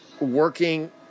working